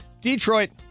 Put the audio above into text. Detroit